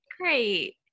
great